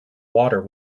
water